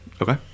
Okay